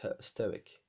stoic